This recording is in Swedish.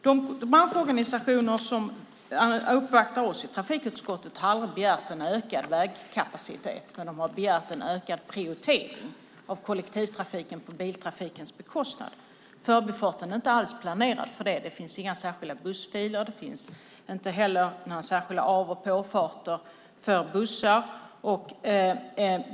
De branschorganisationer som uppvaktar oss i trafikutskottet har aldrig begärt en ökad vägkapacitet, utan de har begärt en ökad prioritering av kollektivtrafiken på biltrafikens bekostnad. Förbifarten är inte alls planerad för det. Det finns inga särskilda bussfiler. Det finns inte heller några särskilda av och påfarter för bussar.